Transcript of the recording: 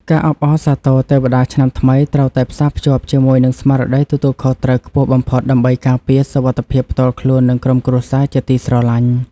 ការអបអរសាទរទេវតាឆ្នាំថ្មីត្រូវតែផ្សារភ្ជាប់ជាមួយនឹងស្មារតីទទួលខុសត្រូវខ្ពស់បំផុតដើម្បីការពារសុវត្ថិភាពផ្ទាល់ខ្លួន និងក្រុមគ្រួសារជាទីស្រឡាញ់។